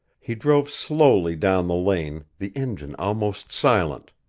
he drove slowly down the lane, the engine almost silent,